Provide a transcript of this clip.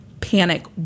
Panic